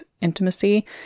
intimacy